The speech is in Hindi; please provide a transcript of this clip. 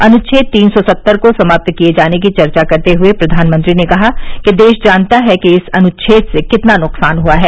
अनुछेद तीन सौ सत्तर को समाप्त किए जाने की चर्चा करते हुए प्रधानमंत्री ने कहा कि देश जानता है कि इस अनुछेद से कितना नुकसान हुआ है